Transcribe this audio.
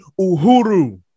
Uhuru